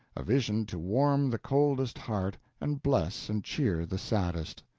a vision to warm the coldest heart and bless and cheer the saddest.